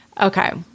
Okay